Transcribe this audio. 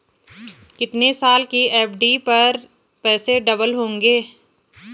कितने साल की एफ.डी पर पैसे डबल होंगे?